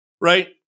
right